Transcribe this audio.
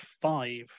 five